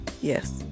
yes